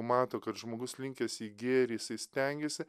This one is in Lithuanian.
mato kad žmogus linkęs į gėrį jisai stengiasi